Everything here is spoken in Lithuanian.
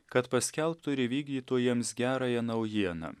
kad paskelbtų ir įvykdytų jiems gerąją naujieną